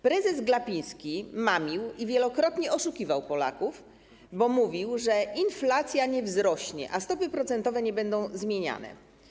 Prezes Glapiński mamił i wielokrotnie oszukiwał Polaków, bo mówił, że inflacja nie wzrośnie, a stopy procentowe nie będą zmieniane.